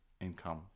income